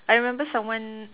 I remember someone